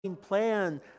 plan